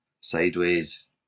sideways